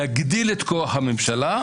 להגדיל את כוח הממשלה,